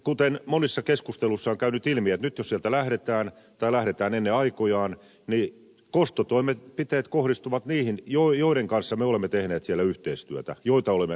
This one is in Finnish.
kuten monissa keskusteluissa on käynyt ilmi jos sieltä nyt lähdetään tai lähdetään ennen aikojaan niin kostotoimenpiteet kohdistuvat niihin joiden kanssa me olemme tehneet siellä yhteistyötä joita olemme pyrkineet auttamaan